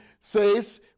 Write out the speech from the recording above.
says